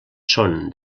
són